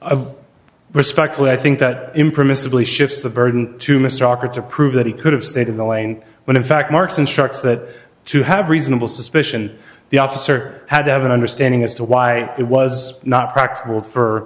a respectfully i think that impermissibly shifts the burden to mr walker to prove that he could have stayed in the lane when in fact marks and sharks that to have reasonable suspicion the officer had to have an understanding as to why it was not practicable for